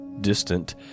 distant